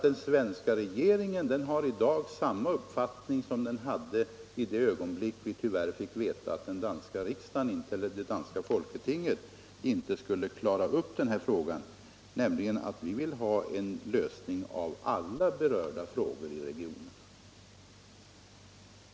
Den svenska regeringen har i dag samma uppfattning som den hade i det ögonblick då vi fick veta att det danska folketinget tyvärr inte skulle klara upp frågan; vi vill ha en lösning av alla berörda frågor i regionen.